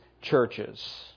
churches